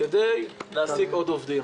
כדי להעסיק עוד עובדים.